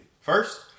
First